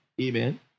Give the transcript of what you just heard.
Amen